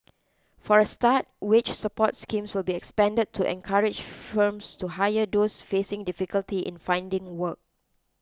for a start wage support schemes will be expanded to encourage firms to hire those facing difficulty in finding work